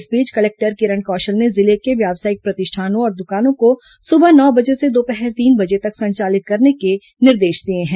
इस बीच कलेक्टर किरण कौशल ने जिले के व्यावसायिक प्रतिष्ठानों और दुकानों को सुबह नौ बजे से दोपहर तीन बजे तक संचालित करने के निर्देश दिए हैं